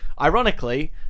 Ironically